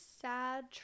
sad